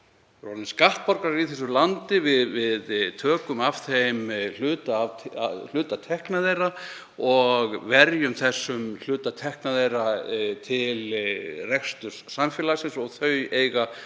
skattborgarar í þessu landi, við tökum af þeim hluta tekna þeirra og verjum þeim hluta tekna þeirra til reksturs samfélagsins og þau eiga